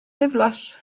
ddiflas